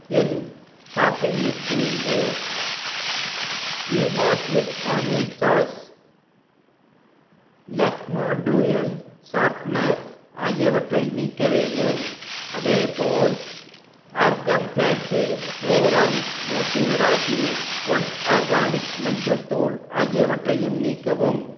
என் shopping லிஸ்ட்டிலிருந்து Veeba sweet onion sauce Lakme dual sharpener ஆகியவற்றை நீக்க வேண்டும் அதேபோல் Arham fancy floral moti rakhi one organic மஞ்சள் தூள் ஆகியவற்றையும் நீக்கவும்